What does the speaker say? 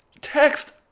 text